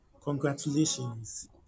Congratulations